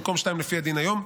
במקום שתיים לפי הדין היום.